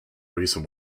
reason